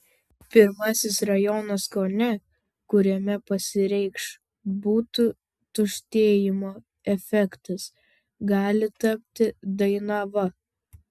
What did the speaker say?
pirmasis rajonas kaune kuriame pasireikš butų tuštėjimo efektas gali tapti dainava